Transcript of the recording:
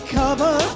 cover